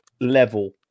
level